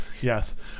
yes